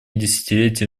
десятилетие